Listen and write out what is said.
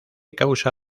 causa